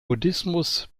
buddhismus